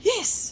Yes